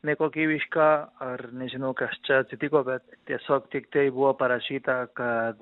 nekokybiška ar nežinau kas čia atsitiko bet tiesiog tiktai buvo parašyta kad